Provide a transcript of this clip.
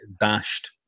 dashed